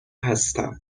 هستم